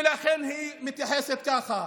ולכן היא מתייחסת ככה.